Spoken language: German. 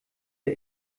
der